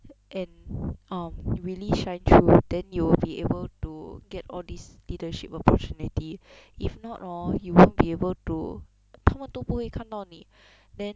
and um you really shine through then you will be able to get all these leadership opportunity if not hor you won't be able to 他们都不会看到你 then